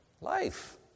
Life